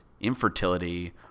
infertility